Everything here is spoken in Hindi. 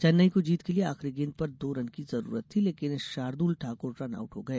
चेन्नई को जीत के लिए आखिरी गेंद पर दो रन की जरूरत थी लेकिन शार्दूल ठाकुर रन आउट हो गए